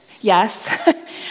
Yes